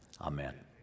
Amen